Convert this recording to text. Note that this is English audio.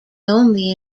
only